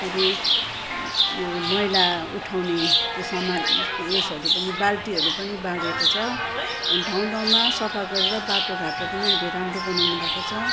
के अरे यो मैला उठाउने त्यो सामान उएसहरू पनि बाल्टीहरू पनि बाँडिएको छ ठाउँ ठाउँमा सफा गरेर बाटोघाटो पनि अहिले राम्रो बनाउनु भएको छ